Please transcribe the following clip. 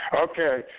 Okay